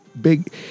big